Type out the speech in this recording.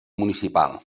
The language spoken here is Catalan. municipal